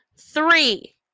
three